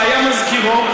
שהיה מזכירו,